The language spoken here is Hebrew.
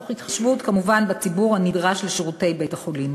תוך התחשבות בציבור הנדרש לשירותי בית-החולים.